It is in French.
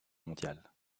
mondiale